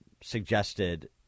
suggested